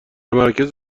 مراکز